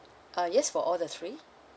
uh yes for all the three